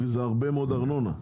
זה הרבה מאוד ארנונה.